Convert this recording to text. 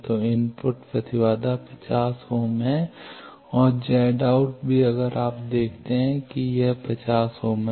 तो इनपुट प्रतिबाधा 50 ओम है और Z out भी अगर आप देखते हैं कि यह 50 ओम है